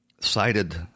cited